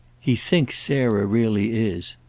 he thinks sarah really is.